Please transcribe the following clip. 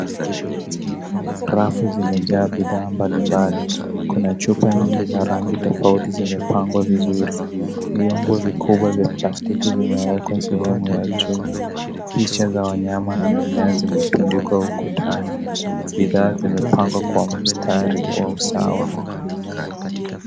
Rafu zimejaa bidhaa mbalimbali. Kuna chupa nyingi za rangi tofauti zimepangwa vizuri. Vyombo vikubwa vya plastiki vimewekwa sehemu ya juu. Picha za wanyama na mimea zimetundikwa ukutani. Bidhaa zimepangwa kwa ustaarabu wa usawa.